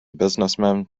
businessman